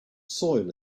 soil